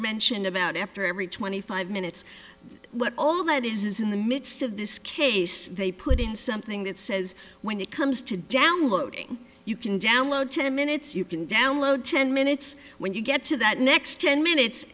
mention about after every twenty five minutes what all of that is in the midst of this case they put in something that says when it comes to downloading you can download ten minutes you can download ten minutes when you get to that next ten minutes